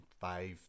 five